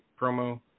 promo